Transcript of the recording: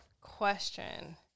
question